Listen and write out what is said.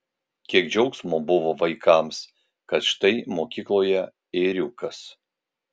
kiek džiaugsmo buvo vaikams kad štai mokykloje ėriukas